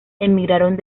emigraron